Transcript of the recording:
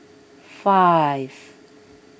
five